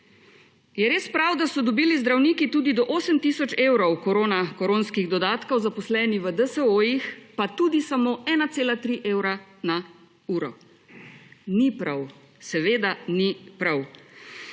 Je res prav, da so dobili zdravniki tudi do 8 tisoč evrov koronskih dodatkov, zaposleni v DSO-jih pa tudi samo 1,3 evra na uro? Ni prav, seveda ni prav.